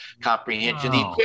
comprehension